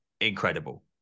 incredible